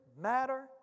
matter